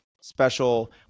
special